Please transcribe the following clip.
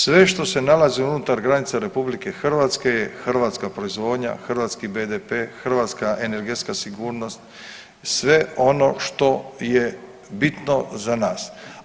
Sve što se nalazi unutar granica RH je hrvatska proizvodnja, hrvatski BDP, hrvatska energetska sigurnost, sve ono što je bitno za nas.